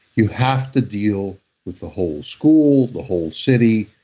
you have to deal with the whole school, the whole city,